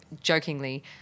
jokingly